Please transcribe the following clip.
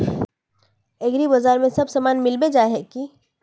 एग्रीबाजार में सब सामान मिलबे जाय है की?